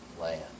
land